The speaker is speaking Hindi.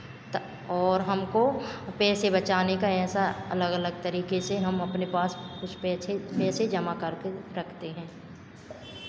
और हमको पैसे बचाने का ऐसा अलग अलग तरीके से हम अपने पास कुछ पैसे पैसे जमा करके रखते हैं